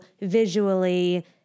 visually